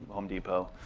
um depot.